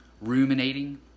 Ruminating